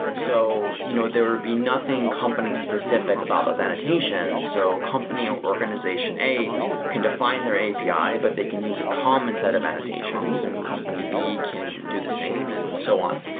so, you know there will be nothing company specific about those annotations. so company organization a can to find their api, but they can use a common set of annotations, and company b can do the same, and so on.